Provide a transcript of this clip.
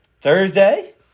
Thursday